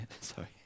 Sorry